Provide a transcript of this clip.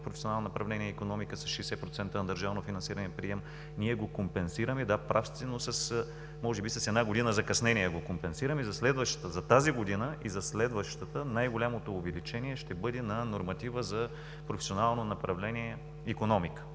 професионално направление „Икономика“ – със 60% на държавно финансиране и прием. Ние го компенсираме, да, прав сте, но може би с една година закъснение го компенсираме. За тази година и за следващата най-голямото увеличение ще бъде на норматива за професионални направления „Икономика“